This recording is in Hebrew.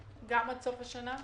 גם עד סוף השנה?